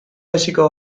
hasiko